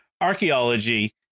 archaeology